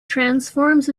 transforms